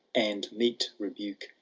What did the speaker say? and meet rebuke,